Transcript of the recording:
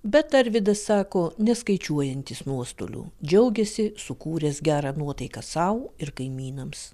bet arvydas sako neskaičiuojantis nuostolių džiaugiasi sukūręs gerą nuotaiką sau ir kaimynams